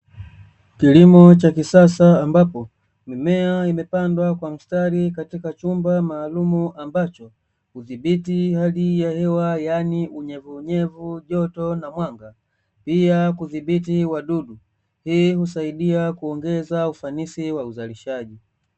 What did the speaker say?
Kilimo cha kisasa ambapo mimea imepandwa kwa mstari katika chumba maalumu ambacho hudhibiti hali ya hewa yaani unyevu unyevu, joto na mwanga pia kudhibiti wadudu. Hii husaidia kuongeza ufanisi wa uzalishaji.